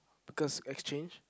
curse exchange